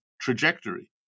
trajectory